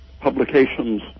Publications